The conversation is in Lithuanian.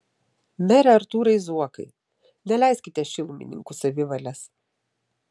mere artūrai zuokai neleiskite šilumininkų savivalės